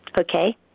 Okay